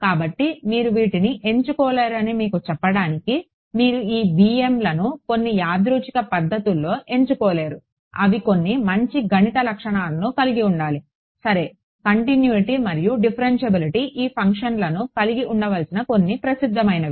కాబట్టి మీరు వీటిని ఎంచుకోలేరని మీకు చెప్పడానికి మీరు ఈ బిఎమ్bm'sలను కొన్ని యాదృచ్ఛిక పద్ధతిలో ఎంచుకోలేరు అవి కొన్ని మంచి గణిత లక్షణాలను కలిగి ఉండాలి సరే కంటిన్యుయిటి మరియు డిఫ్ఫరెన్షియబిలిటీ ఈ ఫంక్షన్లను కలిగి ఉండవలసిన కొన్ని ప్రసిద్ధమైనవి